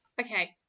okay